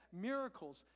miracles